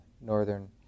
northern